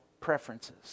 preferences